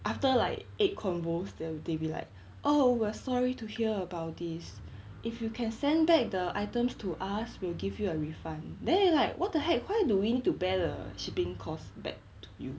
after like eight combos they'll they be like oh we're sorry to hear about this if you can send back the items to us we will give you a refund then we like what the heck why do when to bear the shipping cost back to you